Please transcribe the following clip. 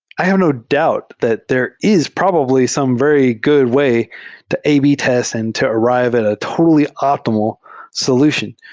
i have no doubt that there is probably some very good way to ab test and to arrive at a totally optimal solution,